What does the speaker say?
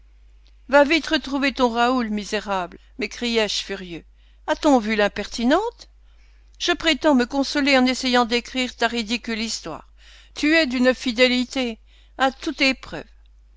va vite retrouver ton raoul misérable m'écriai-je furieux a-t-on vu l'impertinente je prétends me consoler en essayant d'écrire ta ridicule histoire tu es d'une fidélité à toute épreuve